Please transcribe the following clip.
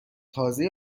تازه